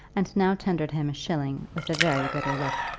and now tendered him a shilling with a very bitter look.